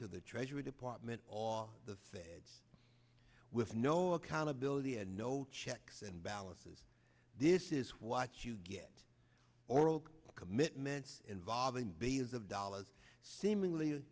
to the treasury department or the feds with no accountability and no checks and balances this is what you get or oak commitments involving bales of dollars seemingly